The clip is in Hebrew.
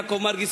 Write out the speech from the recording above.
יעקב מרגי,